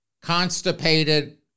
constipated